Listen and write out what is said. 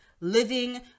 Living